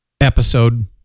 episode